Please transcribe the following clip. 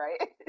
right